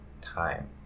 time